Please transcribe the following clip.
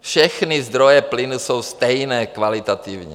Všechny zdroje plynu jsou stejné kvalitativně.